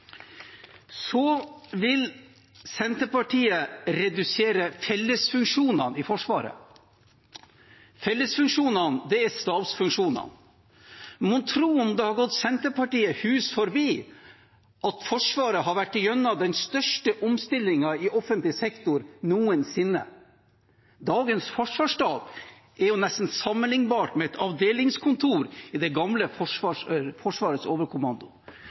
så få – til nødvendige infrastrukturinvesteringer på Andøya for å kunne ta imot disse flyene. Senterpartiet vil redusere fellesfunksjonene i Forsvaret. Fellesfunksjonene er stabsfunksjonene. Mon tro om det har gått Senterpartiet hus forbi at Forsvaret har vært igjennom den største omstillingen i offentlig sektor noensinne. Dagens forsvarsstab er nesten sammenlignbar med et avdelingskontor i den gamle Forsvarets